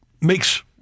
makes